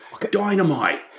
dynamite